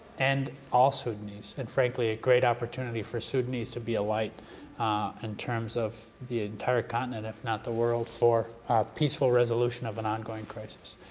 and all sudanese, and frankly, a great opportunity for sudanese to be a light in terms of the entire continent, if not the world, for a peaceful resolution of an ongoing crisis.